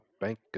bank